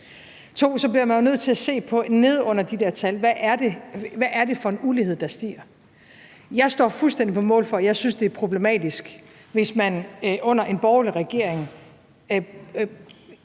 2: Man bliver jo nødt til nede under de der tal at se på, hvad det er for en ulighed, der stiger. Jeg står fuldstændig på mål for, at jeg synes, det er problematisk, hvis man under en borgerlig regering